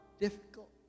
difficult